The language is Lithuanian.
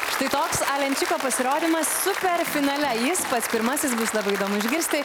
štai toks alenčiko pasirodymas superfinale jis pats pirmasis bus labai įdomu išgirsti